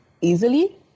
easily